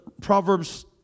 Proverbs